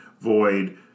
void